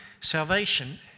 Salvation